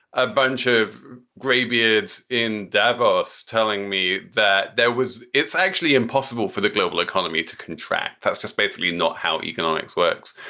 a bunch of greybeards in davos telling me that there was it's actually impossible for the global economy to contract. that's just basically not how economics works.